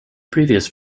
previous